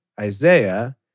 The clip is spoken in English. Isaiah